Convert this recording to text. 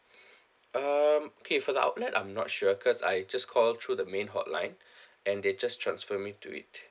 um okay for the outlet I'm not sure cause I just call through the main hotline and they just transfer me to it